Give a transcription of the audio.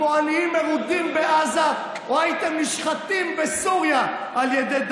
כמו עניים מרודים בעזה או שהייתם נשחטים בסוריה על ידי דאעש.